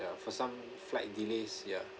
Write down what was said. ya for some flight delays ya